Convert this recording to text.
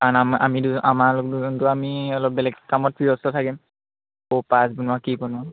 কাৰণ আম আমি আমাৰ দুজনতো আমি অলপ বেলেগ কামত ব্য়স্ত থাকিম ক'ৰ পাছ বনোৱা কি বনোৱা